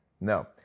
No